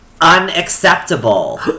Unacceptable